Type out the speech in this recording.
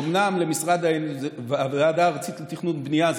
אומנם הוועדה הארצית לתכנון ובנייה היא